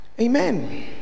amen